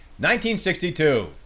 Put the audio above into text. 1962